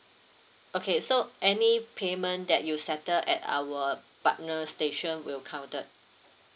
okay so any payment that you settle at our partner station will counted